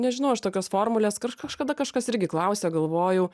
nežinau aš tokios formulės kažkada kažkas irgi klausė galvojau